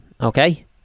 okay